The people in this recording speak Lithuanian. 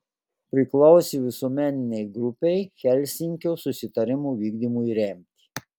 priklausė visuomeninei grupei helsinkio susitarimų vykdymui remti